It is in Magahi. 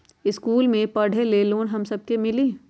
इश्कुल मे पढे ले लोन हम सब के मिली?